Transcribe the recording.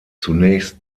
zunächst